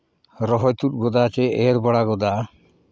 ᱨᱚᱦᱚᱭ ᱛᱩᱫ ᱜᱚᱫᱟ ᱪᱮ ᱮᱨ ᱜᱚᱫᱟ